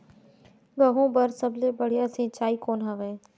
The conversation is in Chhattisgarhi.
गहूं बर सबले बढ़िया सिंचाई कौन हवय?